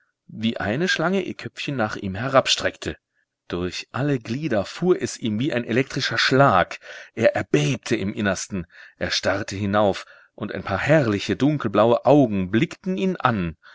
wie eine schlange ihr köpfchen nach ihm herabstreckte durch alle glieder fuhr es ihm wie ein elektrischer schlag er erbebte im innersten er starrte hinauf und ein paar herrliche dunkelblaue augen blickten ihn an